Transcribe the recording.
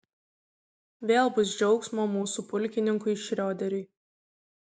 vėl bus džiaugsmo mūsų pulkininkui šrioderiui